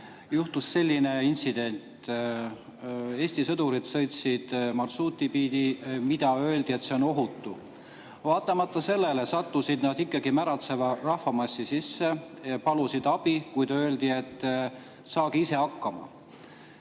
Juhtus selline intsident. Eesti sõdurid sõitsid teatud marsruuti pidi, mille kohta öeldi, et see on ohutu. Vaatamata sellele sattusid nad ikkagi märatseva rahvamassi sisse ja palusid abi, kuid öeldi, et saage ise hakkama.